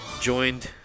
joined